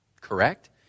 correct